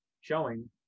showing